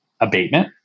abatement